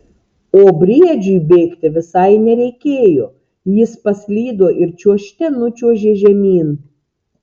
o briedžiui bėgti visai nereikėjo jis paslydo ir čiuožte nučiuožė žemyn